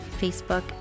Facebook